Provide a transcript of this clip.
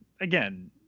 again